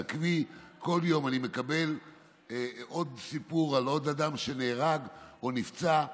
כל יום אני מקבל עוד סיפור על עוד אדם שנהרג או נפצע,